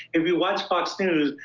if you watch fox news,